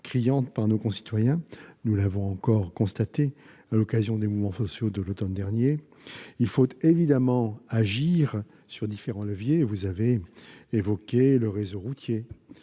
criante par nos concitoyens ; nous l'avons encore constaté à l'occasion des mouvements sociaux de l'automne dernier. Il faut évidemment agir sur différents leviers : vous avez évoqué le réseau routier,